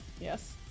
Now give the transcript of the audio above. Yes